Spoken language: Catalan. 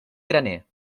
graner